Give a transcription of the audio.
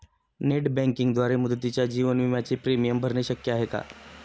Net बँकिंगद्वारे मुदतीच्या जीवन विम्याचे प्रीमियम भरणे शक्य आहे का?